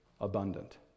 abundant